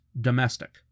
domestic